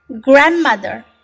grandmother